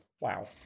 Wow